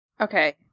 Okay